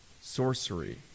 sorcery